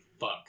Fuck